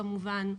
כמובן.